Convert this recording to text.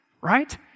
right